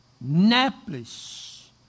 Naples